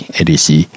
edisi